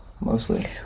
mostly